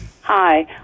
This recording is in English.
Hi